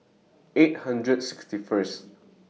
eight hundred sixty First